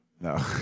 No